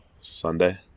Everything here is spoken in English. Sunday